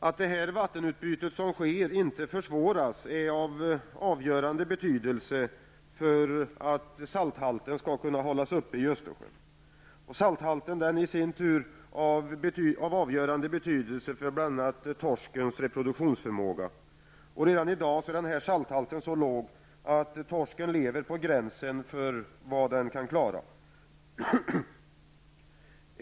Att detta vattenutbyte inte försvåras är helt avgörande för att salthalten kan hållas uppe. Salthalten är av avgörande betydelse för bl.a. torskens reproduktionsförmåga. Redan i dag är salthalten så låg att torsken lever på gränsen för vad den kan klara.